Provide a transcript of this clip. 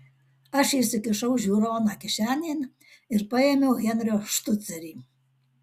aš įsikišau žiūroną kišenėn ir paėmiau henrio štucerį